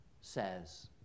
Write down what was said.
says